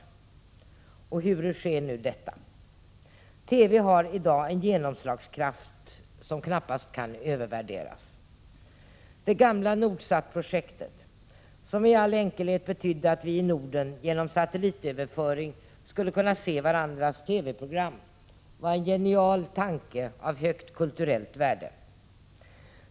Och huru sker nu detta? TV har i dag en genomslagskraft som knappast kan övervärderas. Det gamla Nordsatprojektet, som i all enkelhet betydde att vi i Norden genom satellitöverföring skulle kunna se varandras TV program, var en genial tanke av högt kulturellt värde.